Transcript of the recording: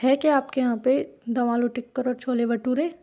है क्या आपके यहाँ पे दम आलू टिक्कर और छोले भटूरे